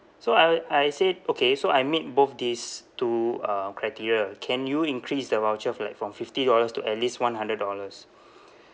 so I I said okay so I meet both these two uh criteria can you increase the voucher for like from fifty dollars to at least one hundred dollars